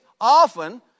often